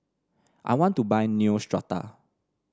I want to buy Neostrata